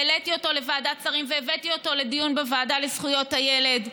העליתי אותו לוועדת שרים והבאתי אותו לדיון בוועדה לזכויות הילד,